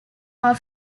are